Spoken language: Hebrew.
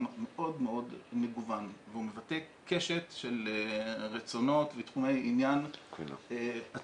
מאוד מאוד מגוון והוא מבטא קשת של רצונות ותחומי עניין עצום,